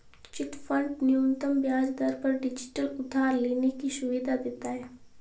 chit fund न्यूनतम ब्याज दर पर डिजिटल उधार लेने की सुविधा देता है